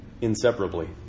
inseparably